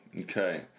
Okay